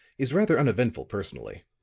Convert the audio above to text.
is rather uneventful, personally.